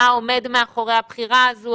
מה עומד מאחורי הבחירה הזו,